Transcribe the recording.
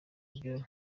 ibyo